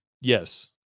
Yes